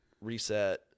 reset